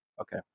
Okay